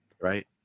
right